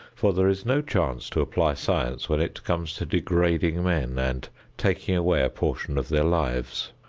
for there is no chance to apply science when it comes to degrading men and taking away a portion of their lives.